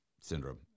syndrome